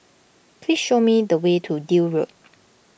please show me the way to Deal Road